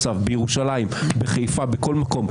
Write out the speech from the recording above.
בירושלים, בחיפה, בכל מקום.